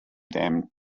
them